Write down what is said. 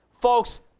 Folks